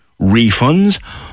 refunds